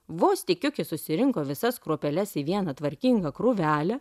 vos tik kiukis susirinko visas kruopeles į vieną tvarkingą krūvelę